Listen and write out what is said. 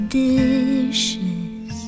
dishes